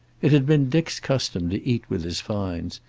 it had been dick's custom to eat with his finds,